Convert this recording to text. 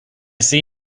see